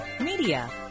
media